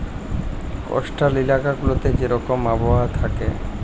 coastal ইলাকা গুলাতে যে রকম আবহাওয়া থ্যাকে